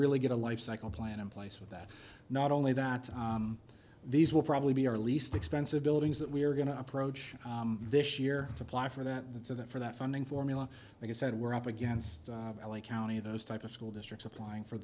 really get a lifecycle plan in place with that not only that these will probably be our least expensive buildings that we're going to approach this year supply for that so that for that funding formula like i said we're up against l a county those type of school districts applying for